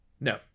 No